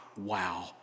wow